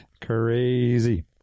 Crazy